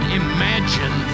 imagine